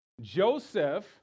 Joseph